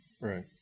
right